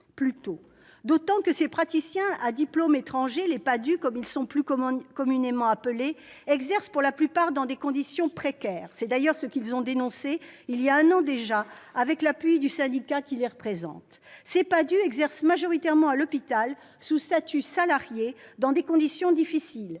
d'autant plus que ces praticiens à diplôme étranger exercent pour la plupart dans des conditions précaires. C'est d'ailleurs ce qu'ils ont dénoncé il y a un an déjà, avec l'appui du syndicat qui les représente. Ces PADHUE exercent majoritairement à l'hôpital, sous statut salarié et dans des conditions difficiles.